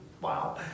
Wow